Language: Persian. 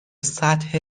سطح